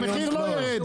המחיר לא ירד פה.